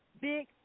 Big